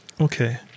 okay